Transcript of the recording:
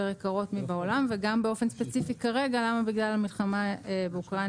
יקרות מאשר בעולם וגם באופן ספציפי כרגע למה בגלל המלחמה באוקראינה